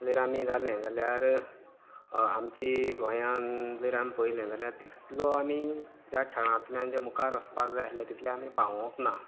जर आमी जालें जाल्यार आमची गोंयांत जर आमी पळयलें जाल्यार तितलो आमी ह्या खेळांतल्यान जे मुखार वसपाक जाय आहले तितले आमी पावोंक ना